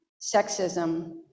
sexism